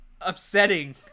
upsetting